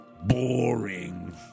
Boring